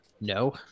No